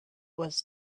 was